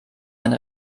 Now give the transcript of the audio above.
ein